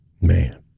Man